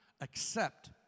accept